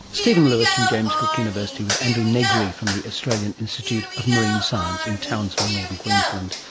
stephen lewis from james cook university with andrew negri from the australian institute of marine science in townsville, northern queensland,